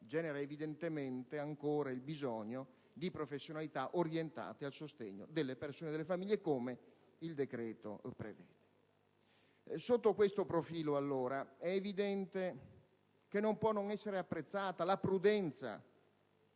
genera evidentemente ancora il bisogno di professionalità orientate al sostegno delle persone e delle famiglie, come il decreto prevede. Sotto questo profilo, non può non essere apprezzata la prudenza